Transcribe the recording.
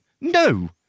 no